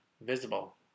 visible